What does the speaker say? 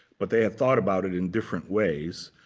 but they had thought about it in different ways.